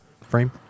frame